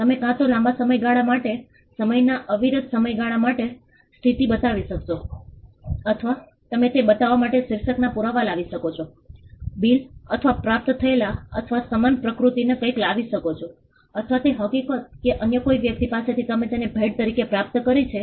તમે કાં તો લાંબા સમયગાળા માટે સમયના અવિરત સમયગાળા માટે સ્થિતિ બતાવી શકશો અથવા તમે તે બતાવવા માટે શીર્ષકના પુરાવા લાવી શકો છો બિલ અથવા પ્રાપ્ત થયેલ અથવા સમાન પ્રકૃતિનું કંઈક લાવી શકો છો અથવા તે હકીકત કે અન્ય કોઈ વ્યક્તિ પાસેથી તમે તેને ભેટ તરીકે પ્રાપ્ત કરી છે